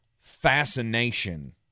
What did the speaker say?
fascination